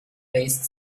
based